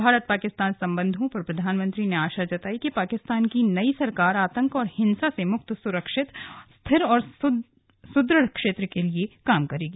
भारत पाकिस्तान संबंधों पर प्रधानमंत्री ने आशा जतायी कि पाकिस्तान की नई सरकार आतंक और हिंसा से मुक्त सुरक्षित स्थिर और समृद्ध क्षेत्र के लिए काम करेगी